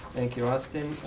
thank you, austin.